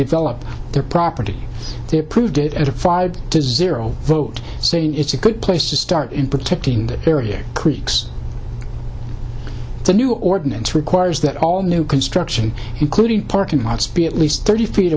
develop their property they approved it at a five to zero vote saying it's a good place to start in protecting the area creeks the new ordinance requires that all new construction including parking lots be at least thirty feet